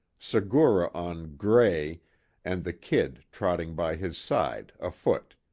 segura on gray and the kid trotting by his side, afoot